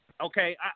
Okay